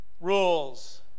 rules